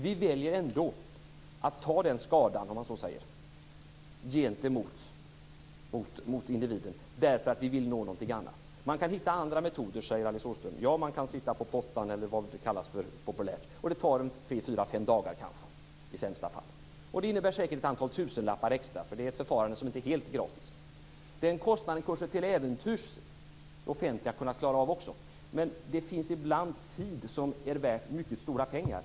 Vi väljer ändå att ta den skadan gentemot individen därför att vi vill nå någonting annat. Alice Åström säger att man kan hitta andra metoder. Ja, man kan sitta på pottan, och det tar 3-5 dagar i sämsta fall. Det innebär säkert ett antal tusenlappar extra. Det är ju ett förfarande som inte är helt gratis. Den kostnaden hade kanske det offentliga kunnat klara av också, men ibland är tid värt mycket stora pengar.